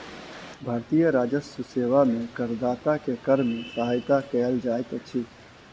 भारतीय राजस्व सेवा में करदाता के कर में सहायता कयल जाइत अछि